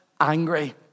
angry